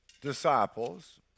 disciples